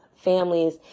families